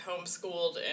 homeschooled